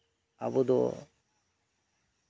ᱟᱵᱚ ᱫᱚ